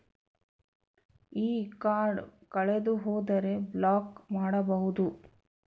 ಈ ಕಾರ್ಡ್ ಕಳೆದು ಹೋದರೆ ಬ್ಲಾಕ್ ಮಾಡಬಹುದು?